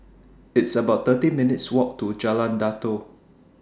It's about thirty minutes' Walk to Jalan Datoh